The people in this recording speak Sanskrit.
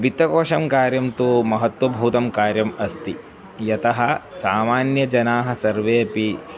वित्तकोषस्य कार्यं तु महत्त्वभूतं कार्यम् अस्ति यतः सामान्यजनाः सर्वेपि